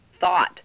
thought